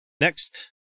Next